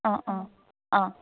অ অ অ